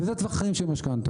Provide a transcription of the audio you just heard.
וזה טווח החיים של משכנתא.